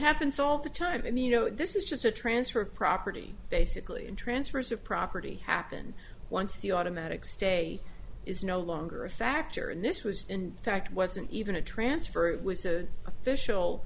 happens all the time you know this is just a transfer of property basically transfers of property happened once the automatic stay is no longer a factor in this was in fact wasn't even a transfer it was an official